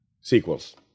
sequels